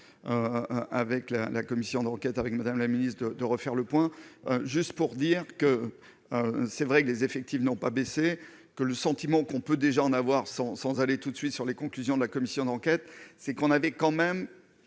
avec la la commission d'enquête avec Madame la Ministre de de refaire le point juste pour dire que c'est vrai que les effectifs n'ont pas baissé que le sentiment qu'on peut déjà en avoir sans sans aller tout de suite sur les conclusions de la commission d'enquête, c'est qu'on avait quand même